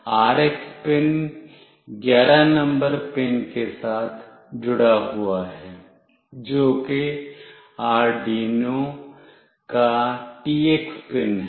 और RX pin 11 number pin के साथ जुड़ा हुआ है जो कि आर्डयूनो का TX पिन है